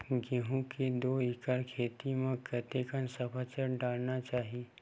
गेहूं के दू एकड़ खेती म कतेकन सफाचट डालना चाहि?